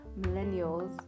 millennials